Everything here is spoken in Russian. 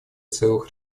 целых